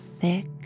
thick